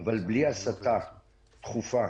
אבל בלי הסטה דחופה